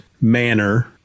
manner